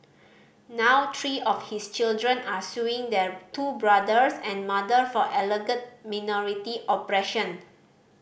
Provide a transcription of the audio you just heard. now three of his children are suing their two brothers and mother for alleged minority oppression